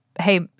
hey